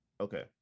Okay